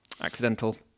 accidental